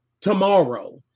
tomorrow